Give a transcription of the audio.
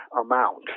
amount